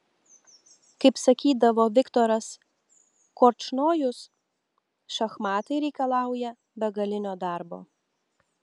kaip sakydavo viktoras korčnojus šachmatai reikalauja begalinio darbo